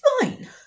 Fine